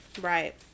right